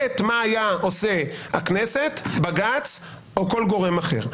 ושנית, מה הייתה עושה הכנסת, בג"ץ או כל גורם אחר.